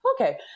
okay